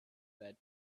that